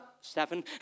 seven